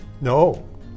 No